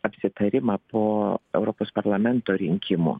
apsitarimą po europos parlamento rinkimo